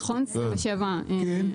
נכון, סעיף 27(1). כן?